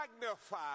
magnify